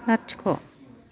लाथिख'